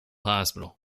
hospital